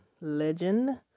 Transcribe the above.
legend